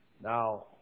Now